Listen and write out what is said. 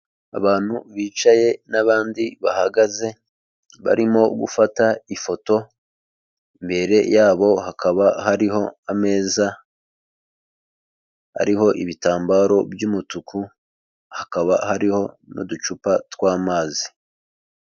Abantu bicaye n'abandi bahagaze barimo gufata ifoto, imbere yabo hakaba hariho ameza arihoho ibitambaro by'umutuku, hakaba hariho n'uducupa tw'amazi.